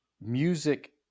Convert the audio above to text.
music